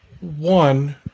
One